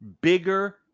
bigger